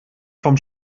vom